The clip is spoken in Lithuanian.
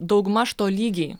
daugmaž tolygiai